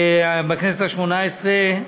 בכנסת ה-18,